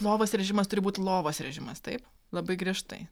lovos režimas turi būt lovos režimas taip labai griežtai